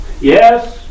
yes